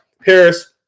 Paris